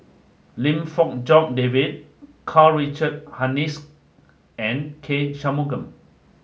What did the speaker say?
Lim Fong Jock David Karl Richard Hanitsch and K Shanmugam